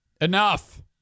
Enough